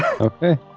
okay